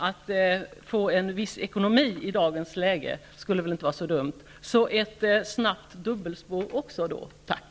Att få en viss ekonomi i dagens läge skulle väl inte vara så dumt. Så ge oss snabbt ett dubbelspår också, tack!